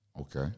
Okay